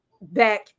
back